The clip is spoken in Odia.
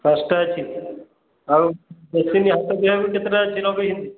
ପାଞ୍ଚଟା ଅଛି ଆଉ ବେସିନ୍ ହାତ ଧୋଇବାକୁ କେତେଟା ଅଛି ଲଗାଇଛନ୍ତି